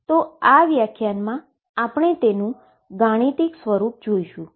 તો આ વ્યાખ્યાનમાં આપણે તેનુ ગાણિતિક સ્વરૂપ જોઈશુ